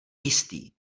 jistý